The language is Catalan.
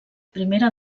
primera